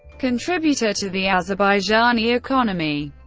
contributor to the azerbaijani economy.